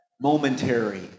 momentary